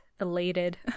elated